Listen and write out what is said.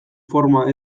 forma